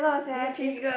this this